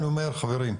אני אומר חברים,